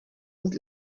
und